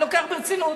אני לוקח ברצינות.